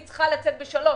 היא צריכה לצאת ב-3:00.